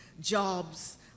jobs